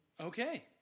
Okay